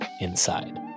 inside